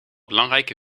belangrijke